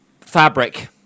fabric